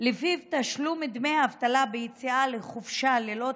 שלפיו תשלום דמי אבטלה ביציאה לחופשה ללא תשלום,